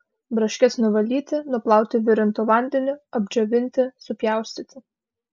braškes nuvalyti nuplauti virintu vandeniu apdžiovinti supjaustyti